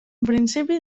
principi